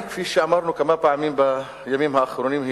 כמו שאמרנו כמה פעמים בימים האחרונים,